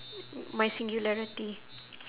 my singularity